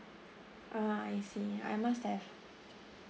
uh I see I must have